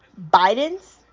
Biden's